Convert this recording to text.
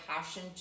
passion